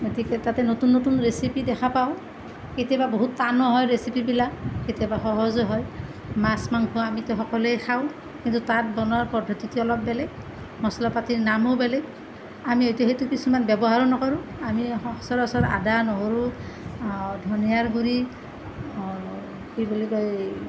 গতিকে তাতে নতুন নতুন ৰেচিপি দেখা পাওঁ কেতিয়াবা বহুত টানো হয় ৰেচিপিবিলাক কেতিয়াবা সহজো হয় মাছ মাংস আমিতো সকলোৱে খাওঁ কিন্তু তাত বনোৱা পদ্ধতিটো অলপ বেলেগ মছলা পাতিৰ নামো বেলেগ আমি হয়টো সেইটো কিছুমান ব্যৱহাৰো নকৰোঁ আমি সচৰাচৰ আদা নহৰু ধনিয়াৰ গুড়ি কি বুলি কয়